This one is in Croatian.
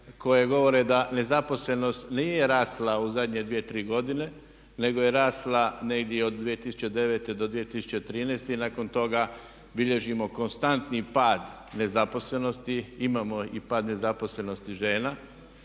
koje govore da nezaposlenost nije rasla u zadnje dvije, tri godine nego je rasla negdje od 2009. do 2013. i nakon toga bilježimo konstantni pad nezaposlenosti. Imamo i pad nezaposlenosti žena.